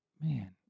Man